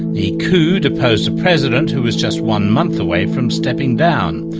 the coup deposed a president, who was just one month away from stepping down.